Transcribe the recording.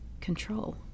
control